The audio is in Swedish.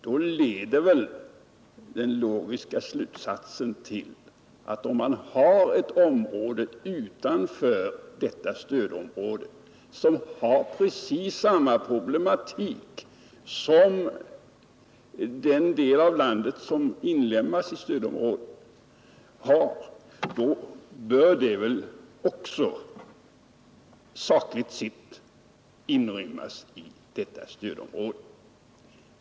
Då leder väl den logiska slutsatsen till att ett område utanför detta stödområde, som har precis samma problematik som den del av landet som inlemmas i stödområdet, bör — sakligt sett — inrymmas i stödområdet.